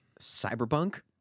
Cyberpunk